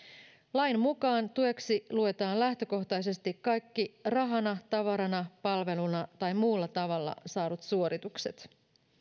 lain mukaan tueksi luetaan lähtökohtaisesti kaikki rahana tavarana palveluna tai muulla tavalla saadut suoritukset